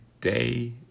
day